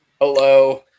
Hello